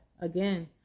again